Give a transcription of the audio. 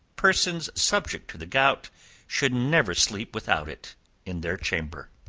persons subject to the gout should never sleep without it in their chamber.